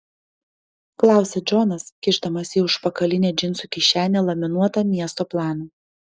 klausia džonas kišdamas į užpakalinę džinsų kišenę laminuotą miesto planą